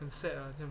很 sad ah 这样